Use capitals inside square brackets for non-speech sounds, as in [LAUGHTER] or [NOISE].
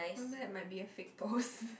that might be a fake post [LAUGHS]